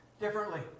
differently